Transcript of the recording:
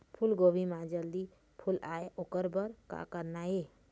फूलगोभी म जल्दी फूल आय ओकर बर का करना ये?